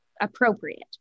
appropriate